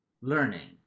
learning